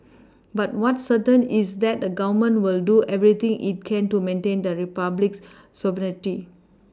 but what's certain is that the Government will do everything it can to maintain the Republic's sovereignty